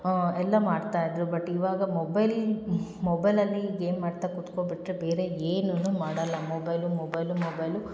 ಎಲ್ಲ ಮಾಡ್ತಾಯಿದ್ದರು ಬಟ್ ಇವಾಗ ಮೊಬೈಲಿನ ಮೊಬೈಲಲ್ಲಿ ಈ ಗೇಮ್ ಆಡ್ತಾ ಕುತ್ಕೊಬಿಟ್ಟರೆ ಬೇರೆ ಏನೂ ಮಾಡಲ್ಲ ಮೊಬೈಲು ಮೊಬೈಲು ಮೊಬೈಲು